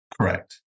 Correct